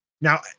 Now